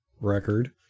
record